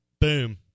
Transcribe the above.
boom